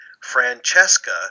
Francesca